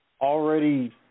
already